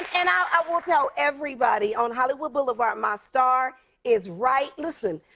and i will tell everybody, on hollywood boulevard, my star is right listen.